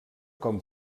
com